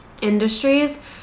industries